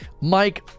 Mike